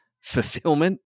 fulfillment